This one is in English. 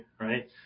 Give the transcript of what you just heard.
right